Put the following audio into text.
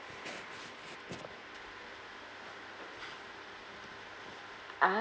ah